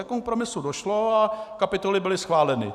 A ke kompromisu došlo a kapitoly byly schváleny.